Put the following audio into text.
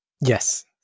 Yes